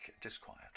disquiet